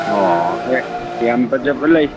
ꯑꯣ ꯑꯦ ꯌꯥꯝ ꯐꯖꯕ ꯂꯩ